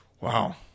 Wow